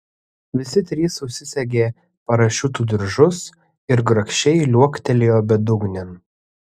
visi trys užsisegė parašiutų diržus ir grakščiai liuoktelėjo bedugnėn